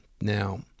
Now